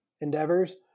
endeavors